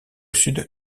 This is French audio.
sud